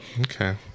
Okay